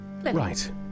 Right